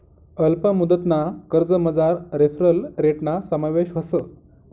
अल्प मुदतना कर्जमझार रेफरल रेटना समावेश व्हस